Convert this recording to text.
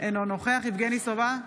אינו נוכח יבגני סובה,